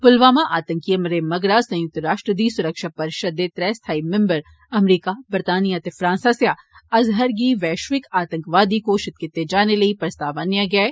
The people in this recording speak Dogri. पुलवामा आतंकी हमले मगरा संयुक्त राश्ट्र दी सुरक्षा परिशद दे त्रै स्थाई मिम्बर अमरीका बरतानिया ते फ्रांस आस्सेआ अजहर गी वैष्विक आतंकी घोशित कीते जाने लेई प्रस्ताव आनेआ गेआ ऐ